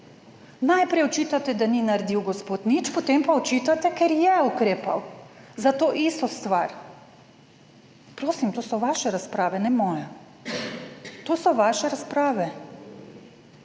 Najprej očitate, da ni naredil gospod nič, potem pa očitate, ker je ukrepal za to isto stvar. Prosim, to so vaše razprave, ne moja, to so vaše razprave.